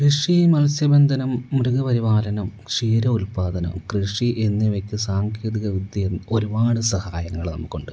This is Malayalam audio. കൃഷി മത്സ്യബന്ധനം മൃഗപരിപാലനം ക്ഷീരോൽപാദനം കൃഷി എന്നിവക്ക് സാങ്കേതിക വിദ്യ ഒരുപാട് സഹായങ്ങൾ നമുക്കുണ്ട്